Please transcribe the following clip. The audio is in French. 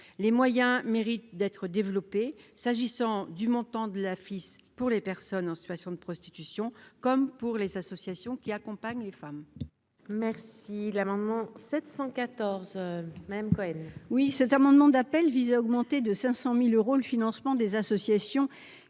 les moyens mérite d'être développé s'agissant du montant de la FIS pour les personnes en situation de prostitution, comme pour les associations qui accompagnent les femmes. Merci l'amendement 714 même Cohen. Oui, cet amendement d'appel vise à augmenter de 500000 euros, le financement des associations